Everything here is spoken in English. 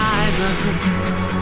island